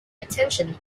retention